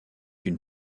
une